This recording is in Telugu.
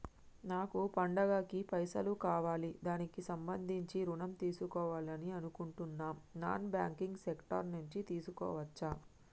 నాకు పండగ కి పైసలు కావాలి దానికి సంబంధించి ఋణం తీసుకోవాలని అనుకుంటున్నం నాన్ బ్యాంకింగ్ సెక్టార్ నుంచి తీసుకోవచ్చా?